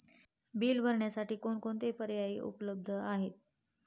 Bill भरण्यासाठी कोणकोणते पर्याय उपलब्ध आहेत?